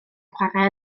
chware